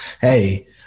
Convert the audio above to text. hey